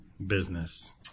business